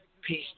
Peace